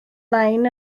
nain